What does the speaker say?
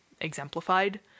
exemplified